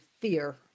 fear